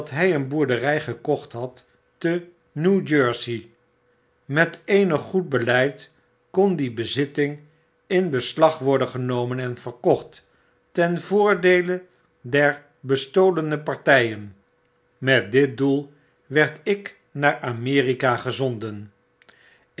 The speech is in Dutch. hij een boerdery gekocht had te new jersey met eenig goed beleid kon die bezitting in beslag worden genomen en verkocht ten voordeele der bestolene partyen met dit doel werd ik naar amerika gezonden